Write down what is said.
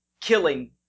killing